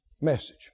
message